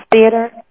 Theater